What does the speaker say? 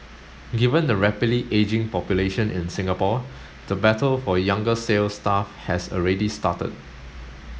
given the rapidly ageing population in Singapore the battle for younger sales staff has already started